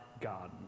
garden